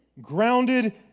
grounded